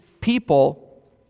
people